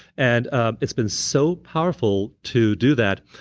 and ah it's been so powerful to do that,